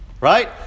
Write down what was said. right